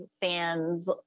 fans